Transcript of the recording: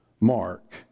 Mark